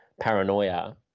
paranoia